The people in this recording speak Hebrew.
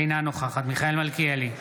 אינה נוכחת מיכאל מלכיאלי,